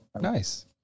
nice